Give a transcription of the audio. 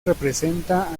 representada